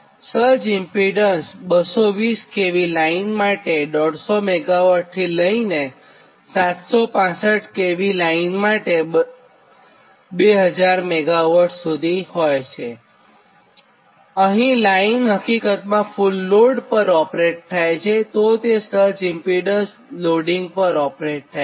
surge impedance 220kV line માટે 150 MW થી લઇને 765 kV માટે 2000 MW સુધી હોય છે અહીં લાઇન હકીકતમાં ફુલ લોડ પર ઓપરેટ થાય છેતો તે સર્જ ઇમ્પીડન્સ લોડીંગ પર ઓપરેટ થાય છે